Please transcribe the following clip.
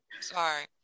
Sorry